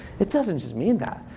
it doesn't just mean that.